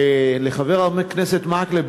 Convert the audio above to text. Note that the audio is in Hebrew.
לחבר הכנסת מקלב,